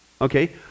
Okay